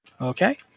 okay